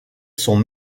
son